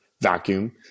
vacuum